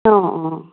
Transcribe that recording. অঁ অঁ